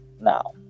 now